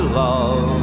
love